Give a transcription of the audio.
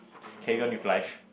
carry on with life